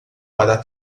para